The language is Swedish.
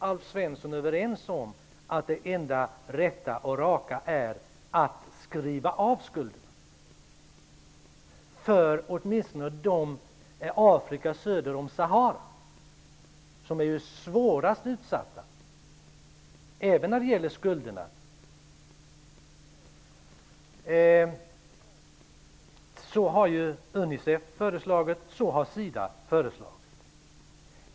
Anser Alf Svensson att det enda rätta är att skriva av skulden, åtminstone för områdena söder om Sahara som är de svårast utsatta även när det gäller skulderna? Det har UNICEF föreslagit och det har SIDA föreslagit.